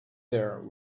there